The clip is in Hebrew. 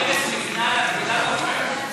חבר הכנסת אלעזר שטרן,